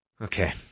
Okay